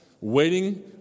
waiting